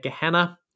gehenna